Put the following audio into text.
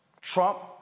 Trump